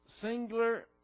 singular